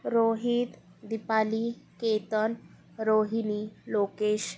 Rohit Dipali Ketan Rohini Lokesh